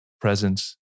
presence